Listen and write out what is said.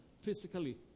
physically